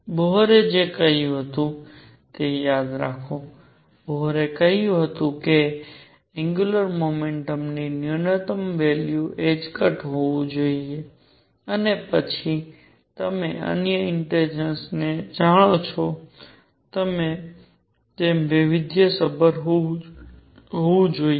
બોહરે જે કહ્યું હતું તે યાદ રાખો બોહરે કહ્યું હતું કે એંગ્યુલર મોમેન્ટમ ની ન્યૂનતમ વેલ્યુ હોવું જોઈએ અને પછી તમે અન્ય ઇન્ટેજર્સ ને જાણો છો તેમ તે વૈવિધ્ય સભર હોવું જોઈએ